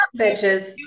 bitches